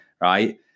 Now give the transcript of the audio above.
right